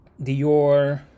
Dior